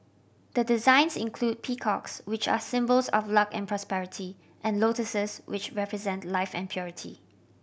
the designs include peacocks which are symbols of luck and prosperity and lotuses which represent life and purity